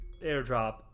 airdrop